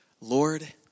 Lord